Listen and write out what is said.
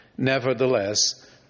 Nevertheless